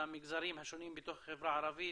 במגזרים השונים בתוך החברה הערבית,